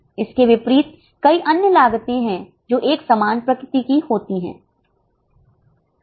इसके विपरीत कई अन्य लागतें हैं जो एक समान प्रकृति की होती है